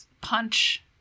punch